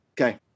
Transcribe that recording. Okay